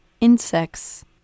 insects